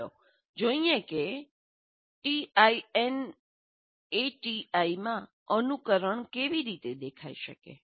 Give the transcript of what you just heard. ચાલો જોઈએ કે ટીઆઈએનએટીઆઈ માં અનુકરણ કેવી રીતે દેખાઈ શકે